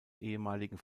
ehemaligen